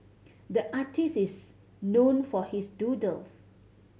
the artist is known for his doodles